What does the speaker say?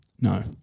No